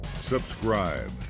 subscribe